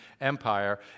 empire